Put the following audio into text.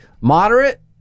moderate